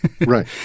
Right